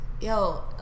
Yo